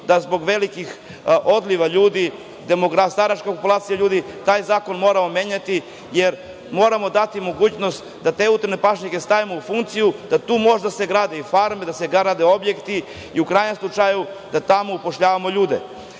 da zbog velikog odliva ljudi, staračke populacije ljudi, taj zakon moramo menjati jer moramo dati mogućnost da te utrine i pašnjake stavimo u funkciju da tu može da se gradi farma i da se grade objekti i u krajnjem slučaju da tamo upošljavamo ljude. Imamo